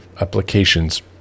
applications